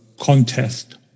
Contest